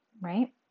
right